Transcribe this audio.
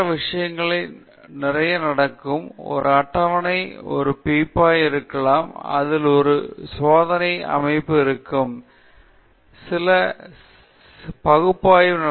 ஆய்வகத்தில் மற்ற விஷயங்கள் நிறைய நடக்கும் ஒரு அட்டவணையில் ஒரு பீப்பாய் இருக்கலாம் அதில் ஒரு சோதனை அமைப்பு இயங்கும் சில பகுப்பாய்வு நடக்கிறது நீங்கள் வேறு சில கருவிகளை வைத்திருக்கலாம் உங்களுக்கு தெரியும் சில மின்னோட்டத்தை அளவிடுவதால் அது அளவிடக்கூடியது மற்றும் அனைத்தையும் குறிக்கிறது